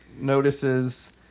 notices